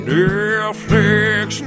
Netflix